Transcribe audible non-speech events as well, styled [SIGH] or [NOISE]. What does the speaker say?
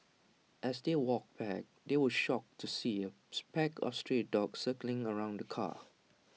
as they walked back they were shocked to see A [NOISE] pack of stray dogs circling around the car